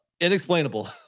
Inexplainable